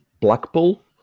Blackpool